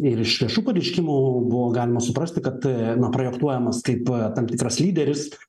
ir iš viešų pareiškimų buvo galima suprasti kad na projektuojamas kaip tam tikras lyderis